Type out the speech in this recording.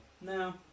No